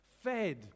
fed